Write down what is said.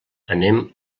anem